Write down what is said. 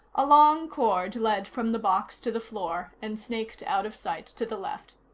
a long cord led from the box to the floor and snaked out of sight to the left.